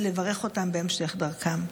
ולברך אותם בהמשך דרכם.